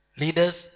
leaders